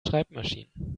schreibmaschinen